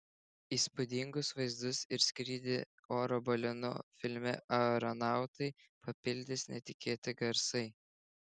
įspūdingus vaizdus ir skrydį oro balionu filme aeronautai papildys netikėti garsai